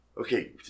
Okay